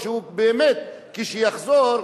כשיחזור,